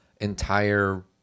entire